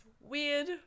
weird